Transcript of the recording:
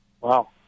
Wow